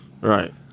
Right